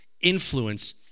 influence